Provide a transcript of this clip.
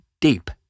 deep